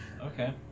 Okay